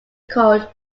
called